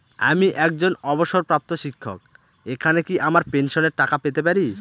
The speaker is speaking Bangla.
আমি একজন অবসরপ্রাপ্ত শিক্ষক এখানে কি আমার পেনশনের টাকা পেতে পারি?